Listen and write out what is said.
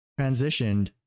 transitioned